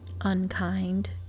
unkind